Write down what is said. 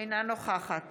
אינה נוכחת